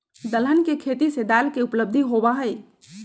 दलहन के खेती से दाल के उपलब्धि होबा हई